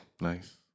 Nice